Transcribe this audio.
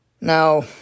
Now